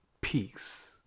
Peace